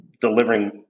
delivering